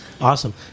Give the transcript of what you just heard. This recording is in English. Awesome